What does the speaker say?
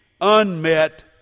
unmet